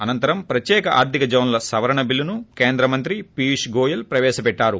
అనంతరం ప్రత్యేక ఆర్ధిక జోన్ల సపరణ బిల్లును కేంద్ర మంత్రి పీయూష్ గోయల్ ప్రపేశపెట్టారు